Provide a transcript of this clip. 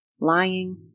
lying